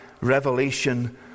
revelation